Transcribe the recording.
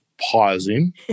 pausing